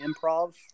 improv